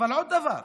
עוד דבר: